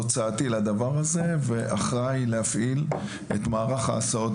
תוצאתי לדבר הזה ואחראי להפעיל את מערך ההסעות